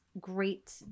great